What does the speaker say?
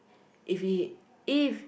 if he if